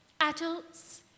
adults